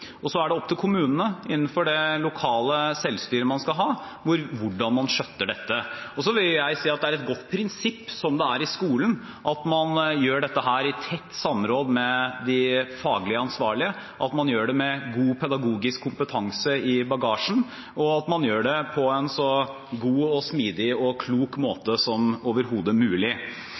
Så er det opp til kommunene innenfor det lokale selvstyret man skal ha, hvordan man skjøtter dette. Så vil jeg si at det er et godt prinsipp, som det er i skolen, at man gjør dette i tett samråd med de faglig ansvarlige, at man gjør det med god pedagogisk kompetanse i bagasjen, og at man gjør det på en så god, smidig og klok